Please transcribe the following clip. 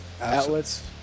outlets